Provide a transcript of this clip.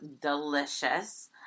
Delicious